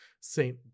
Saint